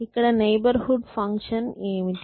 ఇక్కడ neighbourhood function ఏమిటి